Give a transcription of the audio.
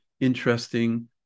interesting